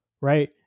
right